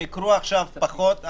הם יקרו עכשיו פחות.